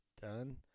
done